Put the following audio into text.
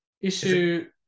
issue